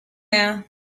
there